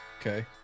Okay